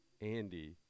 Andy